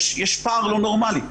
יש פער לא נורמלי,